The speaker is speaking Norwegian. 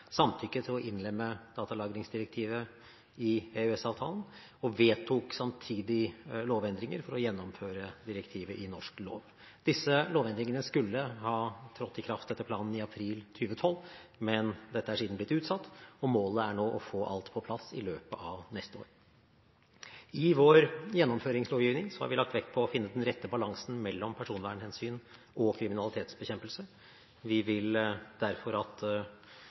samtykke til å innlemme datalagringsdirektivet i EØS-avtalen og vedtok samtidig lovendringer for å gjennomføre direktivet i norsk lov. Disse lovendringene skulle etter planen ha trådt i kraft i april 2012, men dette er siden blitt utsatt, og målet er nå å få alt på plass i løpet av neste år. I vår gjennomføringslovgivning har vi lagt vekt på å finne den rette balansen mellom personvernhensyn og kriminalitetsbekjempelse. Vi vil derfor at